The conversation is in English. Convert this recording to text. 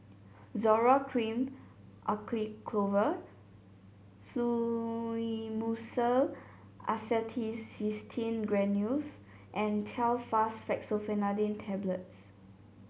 Zoral Cream Acyclovir Fluimucil Acetylcysteine Granules and Telfast Fexofenadine Tablets